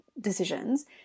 decisions